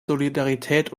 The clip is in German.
solidarität